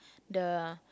the